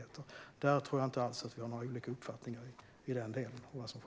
I den delen tror jag inte att vi har olika uppfattningar alls.